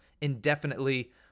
indefinitely